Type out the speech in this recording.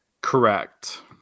Correct